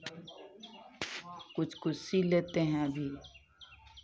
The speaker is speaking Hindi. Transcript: कुछ कुछ सिल लेते हैं अभी